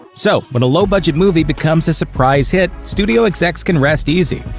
so when a low-budget movie becomes a surprise hit, studio execs can rest easy.